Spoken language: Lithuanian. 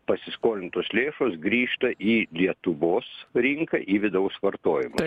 pasiskolintos lėšos grįžta į lietuvos rinką į vidaus vartojimą